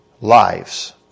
lives